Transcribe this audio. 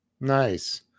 Nice